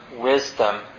wisdom